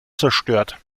zerstört